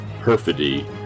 perfidy